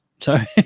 sorry